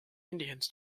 indians